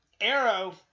Arrow